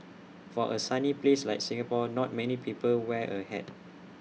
for A sunny place like Singapore not many people wear A hat